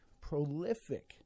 prolific